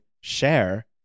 share